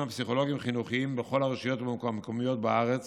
הפסיכולוגיים-חינוכיים בכל הרשויות המקומיות בארץ